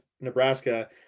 Nebraska